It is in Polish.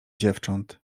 dziewcząt